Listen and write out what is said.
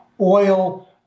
oil